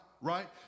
right